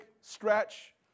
stretch